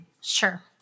Sure